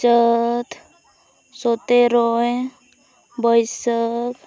ᱪᱟᱹᱛ ᱥᱚᱛᱮᱨᱚᱭ ᱵᱟᱹᱥᱟᱹᱠᱷ